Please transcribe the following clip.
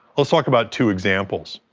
let's talk about two examples.